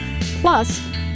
plus